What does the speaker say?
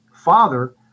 father